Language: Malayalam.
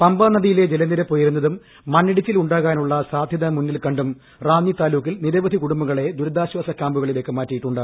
പമ്പാ നദിയിലെ ജലനിരപ്പ് ഉയരുന്നതും മണ്ണ് ഇടിച്ചിൽ ഉണ്ടാകാനുള്ള സാധ്യത മുന്നിൽ കണ്ടും റാന്നി താലൂക്കിൽ നിരവധി കുടുംബങ്ങളെ ദുരിതാശ്വാസ ക്യാമ്പുകളിലേക്ക് മാറ്റിയിട്ടുണ്ട്